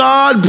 God